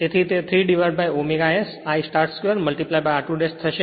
તેથી તે 3ω S I start 2 r2 થશે